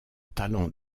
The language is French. talent